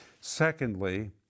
Secondly